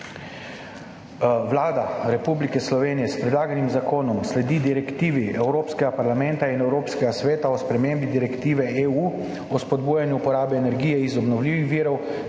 Vlada Republike Slovenije s predlaganim zakonom sledi direktivi Evropskega parlamenta in Evropskega sveta o spremembi direktive EU o spodbujanju porabe energije iz obnovljivih virov,